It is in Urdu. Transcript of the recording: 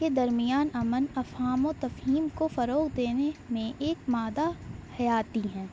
کے درمیان امن افہام و تفہیم کو فروغ دینے میں ایک مادہ حیاتی ہیں